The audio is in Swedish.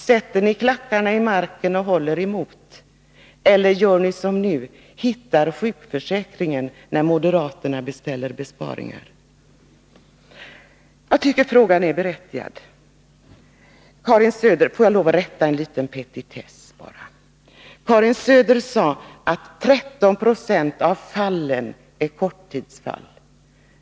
Sätter ni klackarna i marken och håller emot, eller gör ni som nu och ”hittar sjukförsäkringen”, när moderaterna beställer besparingar. Jag tycker att den frågan är berättigad. Får jag så rätta en liten petitess. Karin Söder sade att 13 20 av sjukdomsfallen är korttidsfall.